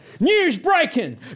news-breaking